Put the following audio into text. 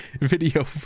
video